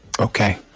Okay